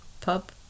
pub